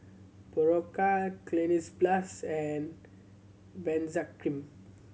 Berocca Cleanz Plus and Benzac Cream